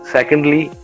Secondly